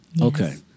Okay